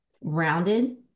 rounded